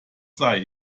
sei